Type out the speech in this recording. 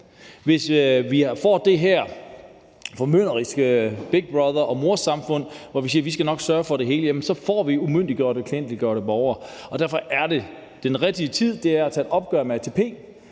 Hvis vi får det her formynderiske Big Brother- og morsamfund, hvor vi siger, at vi nok skal sørge for det hele, så får vi umyndiggjorte og klientgjorte borgere. Derfor er det den rigtige tid at tage et opgør med ATP